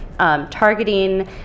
Targeting